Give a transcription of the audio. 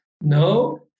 No